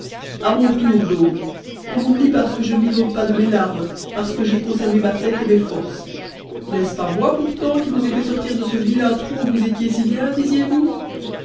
a mon tour donc on m'oublie parce que je ne m'inonde pas de mes larmes parce que j'ai conservé ma tête et mes forces n'est-ce pas moi pourtant qui vous ai fait sortir de ce vilain trou où vous étiez si bien disiez-vous